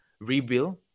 rebuild